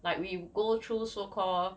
like we go through so called